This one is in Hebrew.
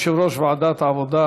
יושב-ראש ועדת העבודה,